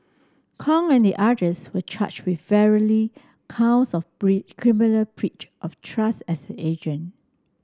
Kong and the others were charged with varying counts of criminal breach of trust as an agent